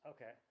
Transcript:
Okay